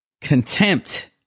Contempt